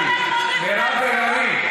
מירב בן ארי,